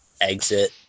exit